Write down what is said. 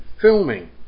filming